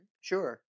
sure